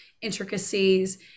intricacies